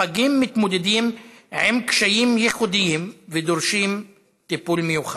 הפגים מתמודדים עם קשיים ייחודיים ודורשים טיפול מיוחד.